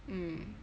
mm